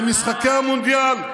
במשחקי המונדיאל.